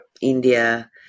India